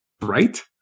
Right